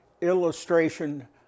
illustration